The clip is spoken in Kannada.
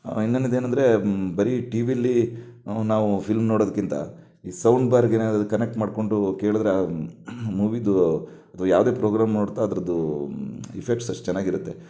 ಇನ್ನೊಂದು ಏನೆಂದರೆ ಬರಿ ಟಿ ವಿಯಲ್ಲಿ ನಾವು ಫಿಲ್ಮ್ ನೋಡೋದಕ್ಕಿಂತ ಈ ಸೌಂಡ್ಬಾರ್ಗೇನೆ ಕನೆಕ್ಟ್ ಮಾಡಿಕೊಂಡು ಕೇಳಿದರೆ ಆ ಮೂವಿದು ಅಥವಾ ಯಾವುದೇ ಪ್ರೋಗ್ರಾಮ್ ನೋಡ್ತಾ ಅದರದ್ದು ಇಫೆಕ್ಟ್ಸ್ ಅಷ್ಟು ಚೆನ್ನಾಗಿರತ್ತೆ